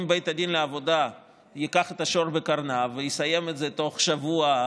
אם בית הדין לעבודה ייקח את השור בקרניו ויסיים את זה תוך שבוע,